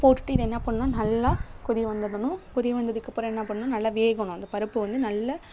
போட்டுட்டு இதை என்ன பண்ணுன்னா நல்லா கொதி வந்துவிடணும் கொதி வந்ததுக்கப்புறம் என்ன பண்ணுன்னா நல்லா வேகணும் அந்த பருப்பு வந்து நல்ல